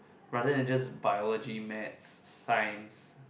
rather than just biology maths science